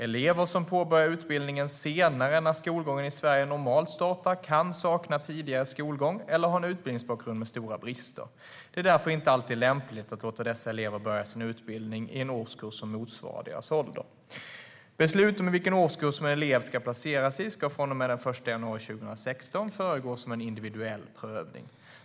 Elever som påbörjar utbildningen senare än när skolgången i Sverige normalt startar kan sakna tidigare skolgång eller ha en utbildningsbakgrund med stora brister. Det är därför inte alltid lämpligt att låta dessa elever börja sin utbildning i en årskurs som motsvarar deras ålder. Beslut om i vilken årskurs som en elev ska placeras i ska från och med den 1 januari 2016 föregås av en individuell prövning.